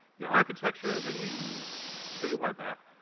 the architecture that you use for your web app,